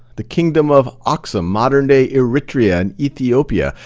the kingdom of aksum, modern day eritrea and ethiopia,